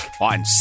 on